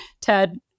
Ted